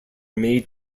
made